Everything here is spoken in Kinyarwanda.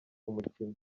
umukino